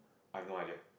I have no idea